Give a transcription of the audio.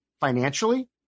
financially